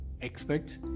expects